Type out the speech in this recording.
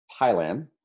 Thailand